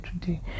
today